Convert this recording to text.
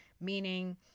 meaning